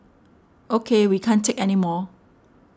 O K we can't take anymore